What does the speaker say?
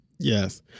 yes